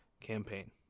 campaign